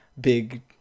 big